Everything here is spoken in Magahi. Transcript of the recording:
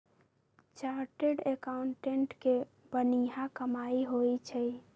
चार्टेड एकाउंटेंट के बनिहा कमाई होई छई